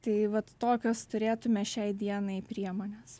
tai vat tokias turėtume šiai dienai priemones